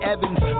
Evans